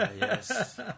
yes